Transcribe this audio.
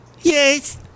yes